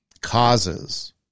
causes